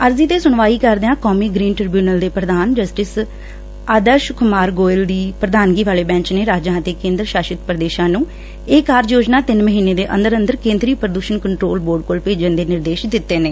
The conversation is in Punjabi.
ਅਰਜ਼ੀ ਤੇ ਸੁਣਵਾਈ ਕਰਦਿਆਂ ਕੌਮੀ ਗਰੀਨ ਟ੍ਰਿਬਿਉਨਲ ਦੇ ਪ੍ਰਧਾਨ ਜਸਟਿਸ ਆਦਰਸ਼ ਕੁਮਾਰ ਗੋਇਲ ਦੀ ਪ੍ਰਧਾਨਗੀ ਵਾਲੇ ਬੈਚ ਨੇ ਰਾਜਾ ਅਤੇ ਕੇਦਰ ਸ਼ਾਸਤ ਪ੍ਰਦੇਸ਼ਾ ਨੂੰ ਇਹ ਕਾਰਜ ਯੋਜਨਾ ਤਿੰਨ ਮਹੀਨੇ ਦੇ ਅੰਦਰ ਅੰਦਰ ਕੇਦਰੀ ਪ੍ਰਦੁਸ਼ਣ ਕੰਟਰੋਲ ਬੋਰਡ ਕੋਲ ਭੇਜਣ ਦੇ ਨਿਰਦੇਸ਼ ਦਿੱਤੇ ਨੇ